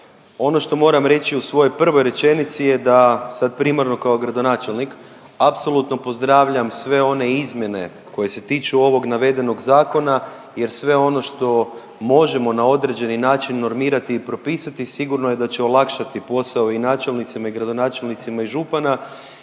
Ono što moram reći u svojoj prvoj rečenici je da sad primarno kao gradonačelnik apsolutno pozdravljam sve one izmjene koje se tiču ovog navedenog zakona jer sve ono što možemo na određeni način normirati i propisati sigurno je da će olakšati posao i načelnicima i gradonačelnicima i župana